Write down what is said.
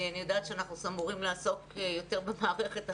אני יודעת שאנחנו אמורים לעסוק יותר במערכת החינוך,